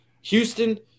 Houston